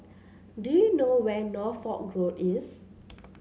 do you know where Norfolk Road is